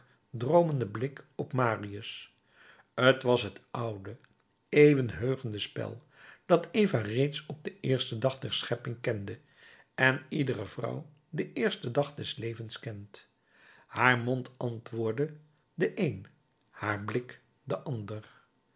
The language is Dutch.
droomende blik op marius t was het oude eeuwenheugende spel dat eva reeds op den eersten dag der schepping kende en iedere vrouw den eersten dag des levens kent haar mond antwoordde den een haar blik den ander